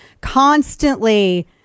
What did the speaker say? constantly